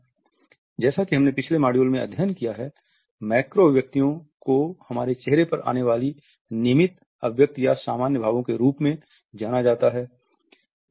जैसा कि हमने अपने पिछले मॉड्यूल में अध्ययन किया है मैक्रो अभिव्यक्तियों को हमारे चेहरे पर आने वाली नियमित अभिव्यक्ति या सामान्य भावो के रूप में जाना जाता है